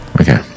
Okay